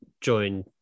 join